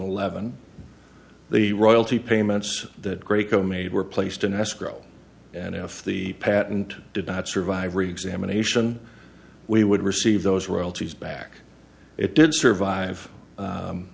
eleven the royalty payments that great co made were placed in escrow and if the patent did not survive reexamination we would receive those royalties back it did survive